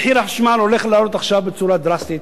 מחיר החשמל הולך לעלות עכשיו בצורה דרסטית,